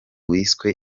wiswe